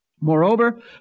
Moreover